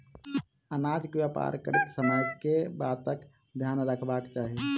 अनाज केँ व्यापार करैत समय केँ बातक ध्यान रखबाक चाहि?